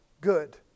good